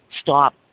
stop